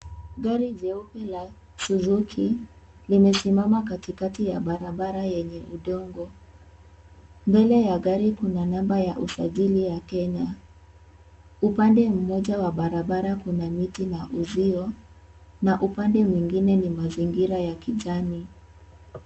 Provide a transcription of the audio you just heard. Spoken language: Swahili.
Gari jeupe la suzuki limesimama katikati ya barabara yenye udongo, mbele ya gari kuna namba ya usajili ya Kenya, upande mmoja wa barabara kuna mti na uzio na upande mwingine ni mazingira ya kijani.